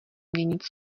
měnit